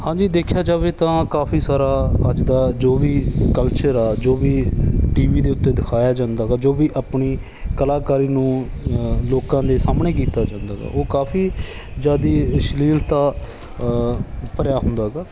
ਹਾਂਜੀ ਦੇਖਿਆ ਜਾਵੇ ਤਾਂ ਕਾਫੀ ਸਾਰਾ ਅੱਜ ਦਾ ਜੋ ਵੀ ਕਲਚਰ ਗਾ ਜੋ ਵੀ ਟੀਵੀ ਦੇ ਉੱਤੇ ਦਿਖਾਇਆ ਜਾਂਦਾ ਗਾ ਜੋ ਵੀ ਆਪਣੀ ਕਲਾਕਾਰੀ ਨੂੰ ਲੋਕਾਂ ਦੇ ਸਾਹਮਣੇ ਕੀਤਾ ਜਾਂਦਾ ਗਾ ਉਹ ਕਾਫੀ ਜ਼ਿਆਦੀ ਅਸ਼ਲੀਲਤਾ ਭਰਿਆ ਹੁੰਦਾ ਗਾ